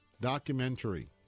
documentary